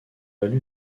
valu